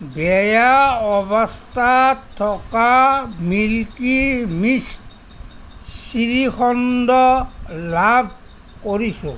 বেয়া অৱস্থাত থকা মিল্কী মিষ্ট শ্ৰীখণ্ড লাভ কৰিছো